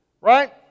right